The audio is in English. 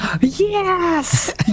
Yes